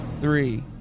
three